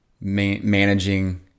managing